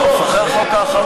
זה הכול.